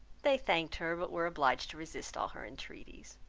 they thanked her but were obliged to resist all her entreaties.